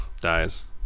Dies